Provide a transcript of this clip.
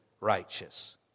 righteous